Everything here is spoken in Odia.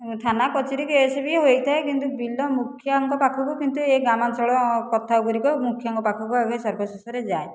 ଥାନା କଚେରୀ କେସ୍ ବି ହୋଇଥାଏ କିନ୍ତୁ ବିଲ ମୁଖିଆଙ୍କ ପାଖକୁ କିନ୍ତୁ ଏ ଗ୍ରାମାଞ୍ଚଳ କଥାଗୁଡ଼ିକ ମୁଖିଆଙ୍କ ପାଖକୁ ଆଗେ ସର୍ବଶେଷରେ ଯାଏ